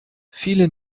viele